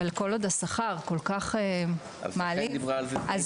אבל כל עוד השכר כל כך מעליב, אני תוהה.